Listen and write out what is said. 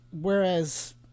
whereas